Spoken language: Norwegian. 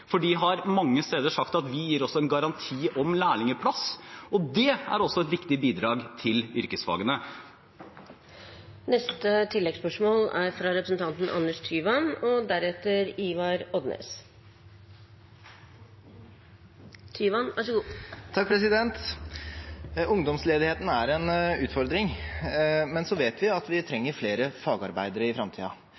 for de har mange steder sagt at vi gir også en garanti om lærlingplass. Det er også et viktig bidrag til yrkesfagene. Anders Tyvand – til oppfølgingsspørsmål. Ungdomsledigheten er en utfordring, men vi vet at vi trenger flere fagarbeidere i framtiden. Da er det viktig at vi også har nok lærlingplasser. Det er riktig at